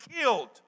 killed